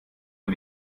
man